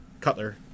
Cutler